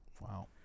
Wow